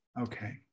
Okay